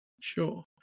Sure